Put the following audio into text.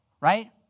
right